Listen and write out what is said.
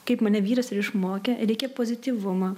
kaip mane vyras ir išmokė reikia pozityvumo